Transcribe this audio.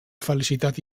felicitat